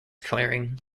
clearing